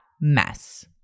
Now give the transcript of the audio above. mess